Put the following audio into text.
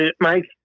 Mike